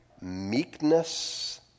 meekness